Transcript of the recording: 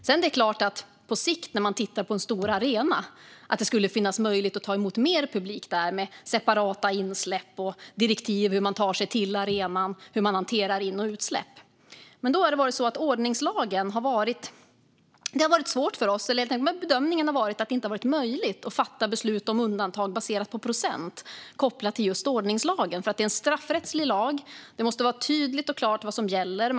Sedan är det klart att det på sikt, när det handlar om en stor arena, skulle finnas möjlighet att ta emot mer publik, med separata insläpp och direktiv för hur man tar sig till arenan och hur in och utsläpp ska hanteras. Men bedömningen har varit att det inte har varit möjligt att fatta beslut om undantag baserat på procent kopplat till ordningslagen. Det är en straffrättslig lag, och det måste vara tydligt och klart vad som gäller.